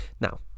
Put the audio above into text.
Now